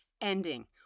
ending